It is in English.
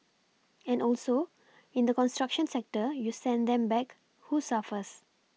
and also in the construction sector you send them back who suffers